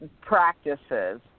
practices